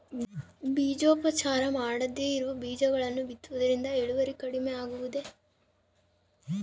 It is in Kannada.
ಬೇಜೋಪಚಾರ ಮಾಡದೇ ಇರೋ ಬೇಜಗಳನ್ನು ಬಿತ್ತುವುದರಿಂದ ಇಳುವರಿ ಕಡಿಮೆ ಆಗುವುದೇ?